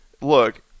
look